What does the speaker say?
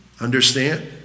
Understand